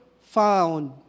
found